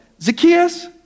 Zacchaeus